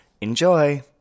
Enjoy